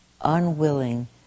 unwilling